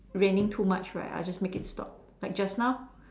raining too much right I'll just make it stop like just now